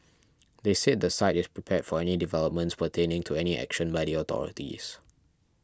they said the site is prepared for any developments pertaining to any action by the authorities